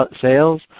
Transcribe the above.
sales